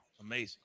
amazing